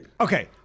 Okay